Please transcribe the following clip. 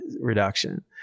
reduction